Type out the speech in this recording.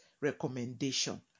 recommendation